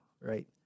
right